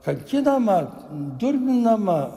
kankinama durninama